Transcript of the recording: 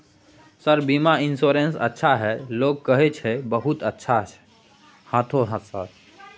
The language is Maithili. सर बीमा इन्सुरेंस अच्छा है लोग कहै छै बहुत अच्छा है हाँथो सर?